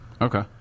okay